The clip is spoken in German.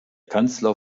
kanzler